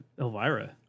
Elvira